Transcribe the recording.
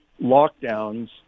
lockdowns